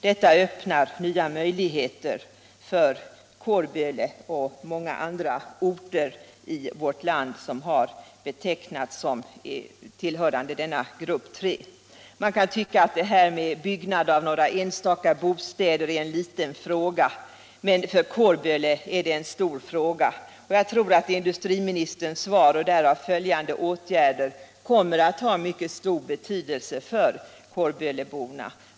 Detta öppnar nya möjligheter för Kårböle och många andra orter i vårt land, vilka har betecknats som tillhörande grupp III. Man kan tycka att byggandet av några enstaka bostäder är en liten fråga, men för Kårböle är det en stor fråga. Jag tror att industriministerns svar och därav följande åtgärder kommer att få mycket stor betydelse för kårböleborna.